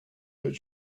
that